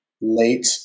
late